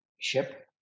ship